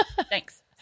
Thanks